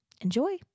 Enjoy